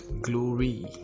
glory